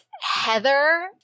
Heather